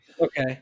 Okay